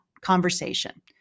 conversation